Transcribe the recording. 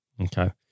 Okay